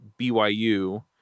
BYU